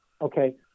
okay